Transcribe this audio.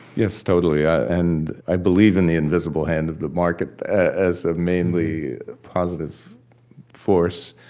yes, totally. and i believe in the invisible hand of the market as a mainly positive force.